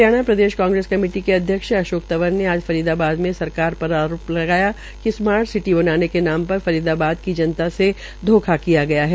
हरियाणा प्रदेश कांग्रेस कमेटी के अध्यक्ष अशोक तंवरने आज फरीदाबाद में सरकार पर आरोप लगाया है कि स्मार्ट सिटी बनाने के नाम पर फरीदाबाद की जनता से धोखा किया गया है